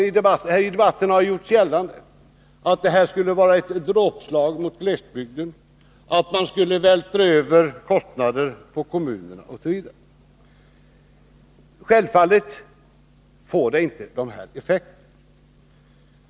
I debatten har gjorts gällande att detta förslag skulle vara ett dråpslag mot glesbygden, att man skulle vältra över kostnader på kommunerna, osv. Självfallet får det inte dessa effekter.